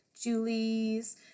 Julie's